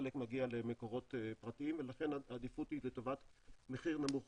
חלק מגיע למקורות פרטיים לכן העדיפות היא לטובת מחיר נמוך